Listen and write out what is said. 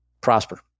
prosper